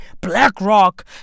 Blackrock